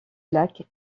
lac